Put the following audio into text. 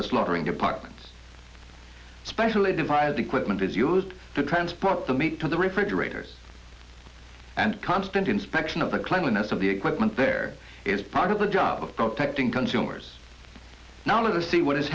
the slaughtering departments specially devised equipment is used to transport the meat to the refrigerators and constant inspection of the cleanliness of the equipment there is part of the job of protecting consumers now let's see what is